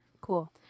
Cool